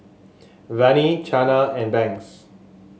Vannie Chana and Banks